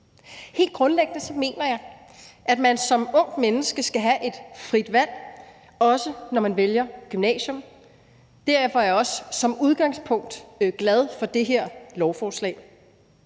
Helt grundlæggende mener jeg, at man som ungt menneske skal have et frit valg, også når man vælger gymnasium. Derfor er jeg også som udgangspunkt glad for det her lovforslag.